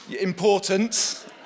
Important